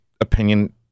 opinion